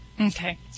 Okay